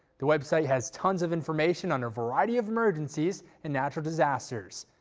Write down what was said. the website has tons of information on a variety of emergencies and natural disasters.